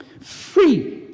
free